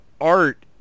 art